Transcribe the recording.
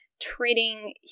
treating